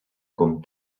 com